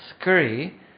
scurry